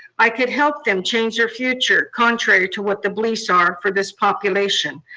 i could help them change their future contrary to what the beliefs are for this population.